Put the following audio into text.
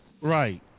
right